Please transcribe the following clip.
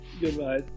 Goodbye